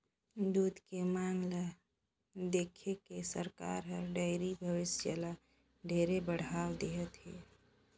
दूद के मांग ल देखके सरकार हर डेयरी बेवसाय ल ढेरे बढ़ावा देहत हे